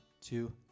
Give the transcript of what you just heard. two